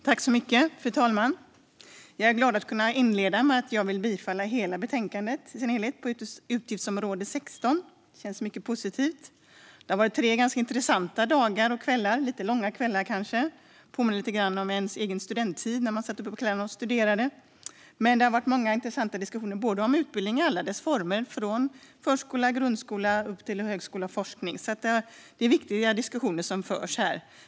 Fru talman! Jag är glad över att kunna inleda med att säga att jag står bakom betänkandet i sin helhet när det gäller utgiftsområde 16. Det känns mycket positivt. Det har varit tre ganska intressanta dagar och kvällar med debatter, men kanske lite långa kvällar. Det påminner lite grann om ens egen studenttid när man satt uppe på kvällarna och studerade. Det har varit många intressanta diskussioner om utbildning i alla dess former från förskola, grundskola och upp till högskola och forskning. Det är viktiga diskussioner som förs här.